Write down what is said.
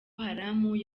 haram